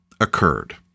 occurred